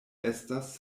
estas